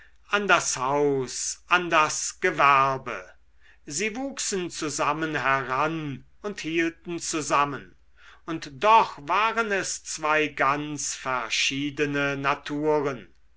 an das haus an das gewerbe sie wuchsen zusammen heran und hielten zusammen und doch waren es zwei ganz verschiedene naturen